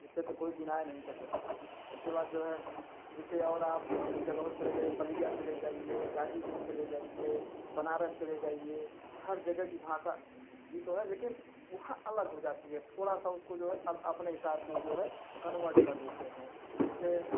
इसे तो कोई डिनाए नहीं कर सकता उसके बाद जो है जैसे और आप जगहों पे चले जाइए बलिया चले जाइए गाजीपुर चले जाइए बनारस चले जाइए हर जगह की भाषा हिन्दी तो है लेकिन वहाँ अलग हो जाती है थोड़ा सा उसको जो है अपने हिसाब से वो जो है कन्वर्ट कर देते हैं जैसे